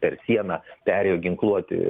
per sieną perėjo ginkluoti